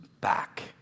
back